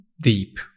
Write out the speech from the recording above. deep